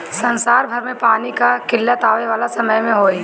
संसार भर में पानी कअ किल्लत आवे वाला समय में होई